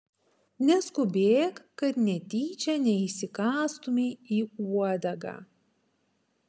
neskubėk kad netyčia neįsikąstumei į uodegą